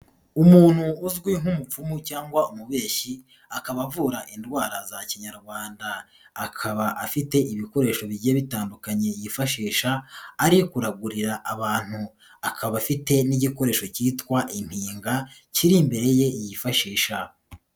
Umuntu uzwi nk'umupfumu cyangwa umubeshyi, akaba avura indwara za kinyarwanda. Akaba afite ibikoresho bigiye bitandukanye yifashisha, ari kuragurira abantu. Akaba afite n'igikoresho cyitwa impinga kiri imbere ye yifashisha.